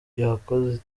yakoze